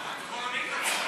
כולנו באותה סירה,